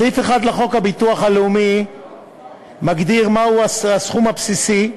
סעיף 1 לחוק הביטוח הלאומי מגדיר מהו הסכום הבסיסי,